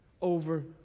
over